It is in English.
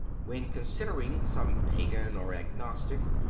when considering some pagan or agnostic,